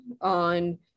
on